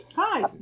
Hi